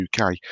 UK